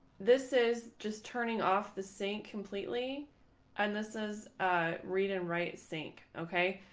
this is just turning off the sink completely and this is ah read and right sink. ok,